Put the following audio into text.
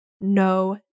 no